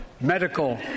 Medical